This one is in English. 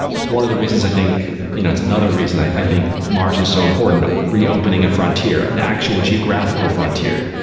it's one of the reasons i think you know it's another reason i think mars is so important reopening a frontier, an actual geographical frontier,